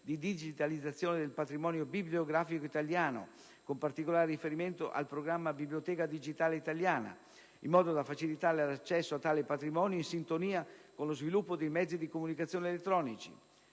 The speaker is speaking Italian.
di digitalizzazione del patrimonio bibliografico italiano, con particolare riferimento al programma Biblioteca digitale italiana, in modo da facilitare l'accesso a tale patrimonio in sintonia con lo sviluppo dei mezzi di comunicazione elettronici;